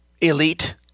elite